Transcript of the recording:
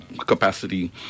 capacity